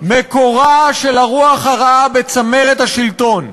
מקורה של הרוח הרעה בצמרת השלטון.